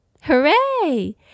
Hooray